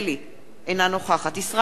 אינה נוכחת ישראל חסון,